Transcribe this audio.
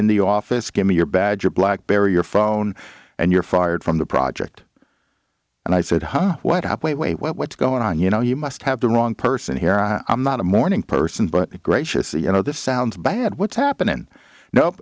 in the office give me your badge your blackberry your phone and you're fired from the project and i said whoa what happened wait what's going on you know you must have the wrong person here i am not a morning person but gracious you know this sounds bad what's happening no